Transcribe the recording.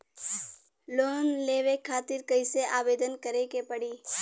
Loan लेवे खातिर कइसे आवेदन करें के पड़ी?